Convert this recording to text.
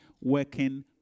working